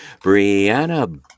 Brianna